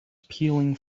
peeling